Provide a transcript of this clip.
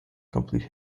complete